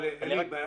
אבל עלי,